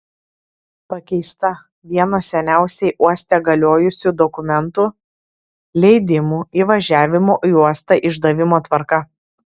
pakeista vieno seniausiai uoste galiojusių dokumentų leidimų įvažiavimo į uostą išdavimo tvarka